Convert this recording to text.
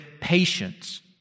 patience